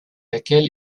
laquelle